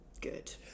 Good